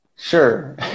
Sure